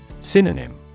Synonym